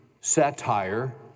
satire